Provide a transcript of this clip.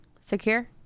secure